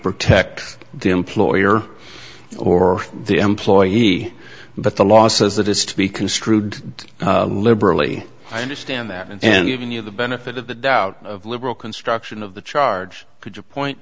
protect the employer or the employee but the law says that is to be construed liberally i understand that and given you the benefit of the doubt of liberal construction of the charge could you point